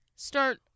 Start